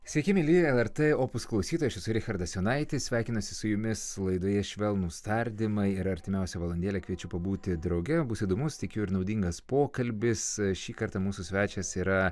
sveiki mielieji lrt opus klausytojai aš esu richardas jonaitis sveikinasi su jumis laidoje švelnūs tardymai ir artimiausią valandėlę kviečiu pabūti drauge bus įdomus tikiu ir naudingas pokalbis šį kartą mūsų svečias yra